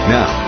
Now